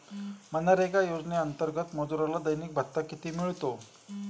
मनरेगा योजनेअंतर्गत मजुराला दैनिक भत्ता किती मिळतो?